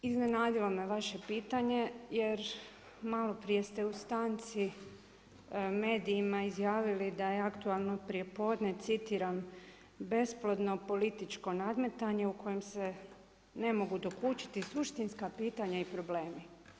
Iznenadilo me vaše pitanje jer malo prije ste u stanci medijima izjavili da je aktualno prijepodne citiram, besplatno političko nadmetanje u kojem se ne mogu dokučiti suštinska pitanja i problemi.